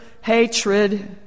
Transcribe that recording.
hatred